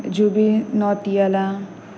Zubeen नौटियाला